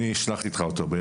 אני אשלח אותו איתך.